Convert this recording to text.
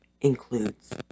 includes